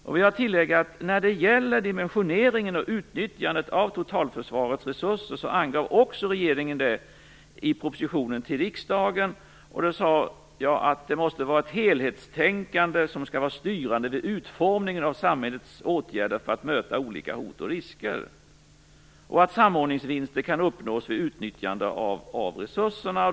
Jag vill tillägga att beträffande dimensioneringen och utnyttjandet av totalförsvarets resurser angav regeringen i propositionen till riksdagen att det måste vara ett helhetstänkande som skall vara styrande vid utformningen av samhällets åtgärder för att möta olika hot och risker samt att samordningsvinster kan uppnås vid utnyttjande av resurserna.